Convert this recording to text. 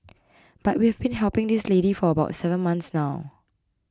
but we have been helping this lady for about seven months now